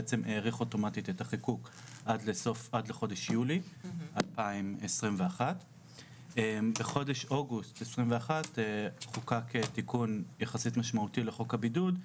שבעצם האריך אוטומטית את החיקוק עד לחודש יולי 2021. בחודש אוגוסט 2021 חוקק תיקון יחסית משמעותי לחוק הבידוד,